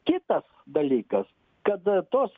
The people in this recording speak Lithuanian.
kitas dalykas kad tos